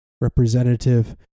representative